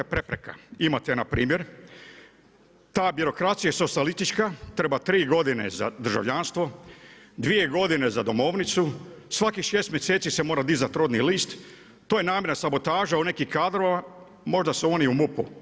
Imate npr. ta birokracija socijalistička, treba 3 godine za državljanstvo, 2 godine za domovnicu, svaki 6 mjeseci se mora dizati rodni list, to je namjerna sabotaža od nekih kadrova, možda su oni u MUP-u.